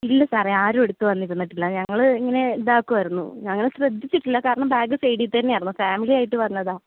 ഇല്ല സാറേ ആരും അടുത്ത് വന്ന് ഇരുന്നിട്ടില്ല ഞങ്ങൾ ഇങ്ങനെ ഇതാക്കുവായിരുന്നു ഞങ്ങൾ ശ്രദ്ധിച്ചിട്ടില്ല കാരണം ബാഗ് സൈഡിൽ തന്നെയായിരുന്നു ഫാമിലി ആയിട്ട് വന്നതാണ്